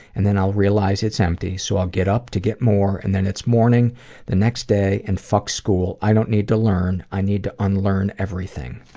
and then i'll realize it's empty so i'll get up to get more. and then it's morning the next day and fuck school. i don't need to learn. i need to unlearn everything.